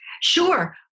Sure